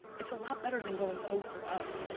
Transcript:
it's a lot better than going o for o.